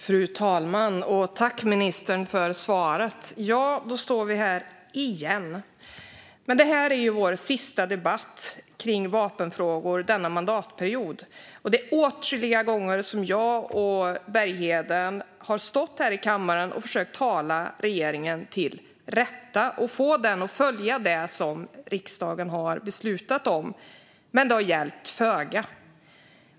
Fru talman! Tack, ministern, för svaret! Ja, då står vi här igen. Det här är vår sista debatt om vapenfrågor denna mandatperiod. Det är åtskilliga gånger som jag och ledamoten Bergheden har stått här i kammaren och försökt tala regeringen till rätta och få den att följa det som riksdagen har beslutat om, men det har hjälpt föga.